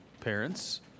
parents